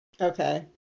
okay